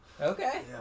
Okay